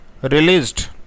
released